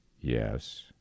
Yes